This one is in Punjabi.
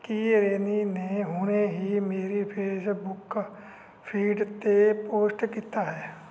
ਕੀ ਰੇਨੀ ਨੇ ਹੁਣੇ ਹੀ ਮੇਰੀ ਫੇਸਬੁੱਕ ਫੀਡ 'ਤੇ ਪੋਸਟ ਕੀਤਾ ਹੈ